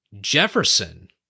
Jefferson